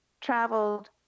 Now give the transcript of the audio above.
traveled